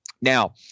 Now